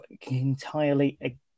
entirely